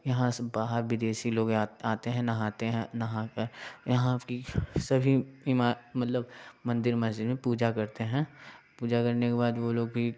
यहाँ से बाहर विदेशी लोग आ आते हैं नहाते हैं नहा के यहाँ की सभी मतलब मंदिर मस्जिद में पूजा करते हैं पूजा करने के बाद वो लोग भी